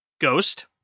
Ghost